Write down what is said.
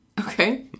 okay